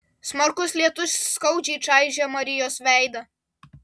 smarkus lietus skaudžiai čaižė marijos veidą